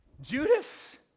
Judas